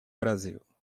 brasil